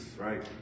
right